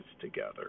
together